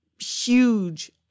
huge